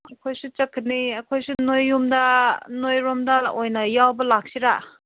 ꯑꯩꯈꯣꯏꯁꯨ ꯆꯠꯀꯅꯤ ꯑꯩꯈꯣꯏꯁꯨ ꯅꯣꯏꯌꯨꯝꯗ ꯅꯣꯏ ꯔꯣꯝꯗ ꯑꯣꯏꯅ ꯌꯥꯎꯕ ꯂꯥꯛꯁꯤꯔꯥ